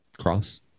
Cross